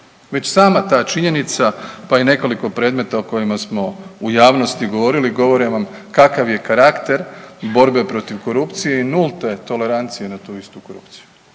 Već sama ta činjenica, pa i nekoliko predmeta o kojima smo u javnosti govorili govore vam kakav je karakter borbe protiv korupcije i nulte tolerancije na tu istu korupciju.